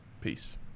Peace